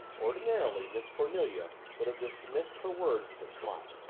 ordinarily miss cornelia would have dismissed her words with a smile.